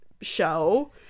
show